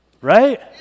Right